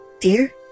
dear